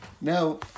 Now